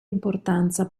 importanza